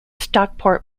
stockport